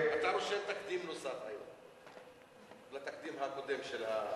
אתה רושם תקדים נוסף היום לתקדים הקודם של,